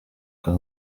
cap